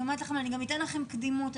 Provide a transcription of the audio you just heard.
אני גם אתן לכם קדימות.